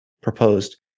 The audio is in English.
proposed